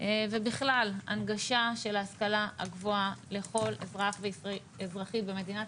ובכלל הנגשה של ההשכלה הגבוהה לכל אזרח ואזרחית במדינת